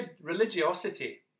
religiosity